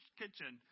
kitchen